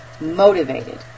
motivated